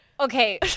Okay